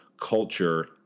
culture